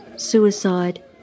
suicide